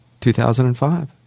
2005